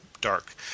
dark